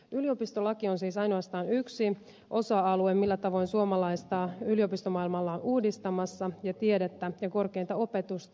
yliopistolaki on siis ainoastaan yksi osa alue millä tavoin suomalaista yliopistoa ollaan uudistamassa ja tiedettä ja korkeinta opetusta